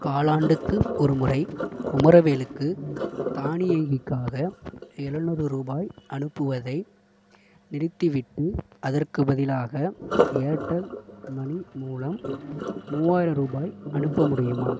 காலாண்டுக்கு ஒரு முறை குமரவேலுக்கு தானியங்கிக்காக எழுநூறு ரூபாய் அனுப்புவதை நிறுத்திவிட்டு அதற்குப் பதிலாக ஏர்டெல் மணி மூலம் மூவாயிரம் ரூபாய் அனுப்ப முடியுமா